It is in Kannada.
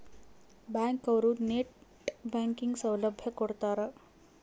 ಬ್ಯಾಂಕ್ ಅವ್ರು ನೆಟ್ ಬ್ಯಾಂಕಿಂಗ್ ಸೌಲಭ್ಯ ಕೊಡ್ತಾರ